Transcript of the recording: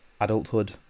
adulthood